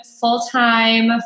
full-time